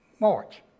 March